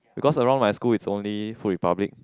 because around my school is only Food Republic